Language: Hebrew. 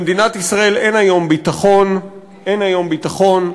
במדינת ישראל אין היום ביטחון, אין היום ביטחון.